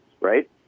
right